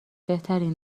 بهترین